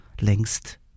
längst